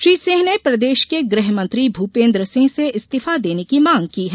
श्री सिंह ने प्रदेश के गृह मंत्री भूपेन्द्र सिंह से इस्तीफा देने की मांग की है